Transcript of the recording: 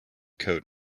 coat